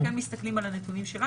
אבל אנחנו כן מסתכלים על הנתונים שלנו.